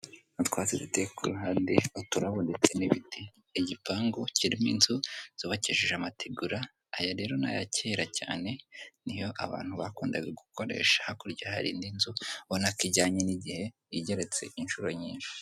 Utwatsi duteye ku ruhande uturabo ndetse n'ibiti, igipangu kirimo inzu zubakishije amategura aya rero ni aya kera cyane niyo abantu bakundaga gukoresha, hakurya hari indi nzu ubona ko ijyanye n'igihe igeretse inshuro nyinshi.